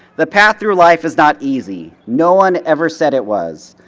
the path through life is not easy. no one ever said it was.